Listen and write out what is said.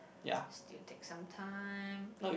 still takes some time